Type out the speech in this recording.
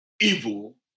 evil